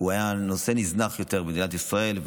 שהיה נושא נזנח יותר במדינת ישראל,